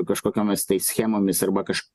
kažkokiomis tai schemomis arba kaž